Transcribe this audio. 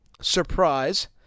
surprise